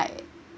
like